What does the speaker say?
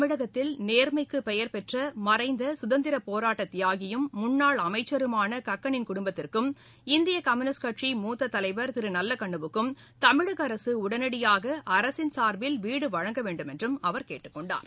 தமிழகத்தில் நேர்மைக்கு பெயர் பெற்ற மறைந்த குதந்திரப் போராட்ட தியாகியும் முன்னாள் அமைச்சருமான கக்களின் குடும்பத்திற்கும் இந்திய கம்யுனிஸ்ட் கட்சியின் மூத்த தலைவர் திரு நல்லக்கண்ணுவுக்கும் தமிழக அரசு உடனடியாக அரசின் சார்பில் வீடு வழங்க வேண்டுமென்றம் அவர் கேட்டுக் கொண்டார்